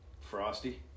Frosty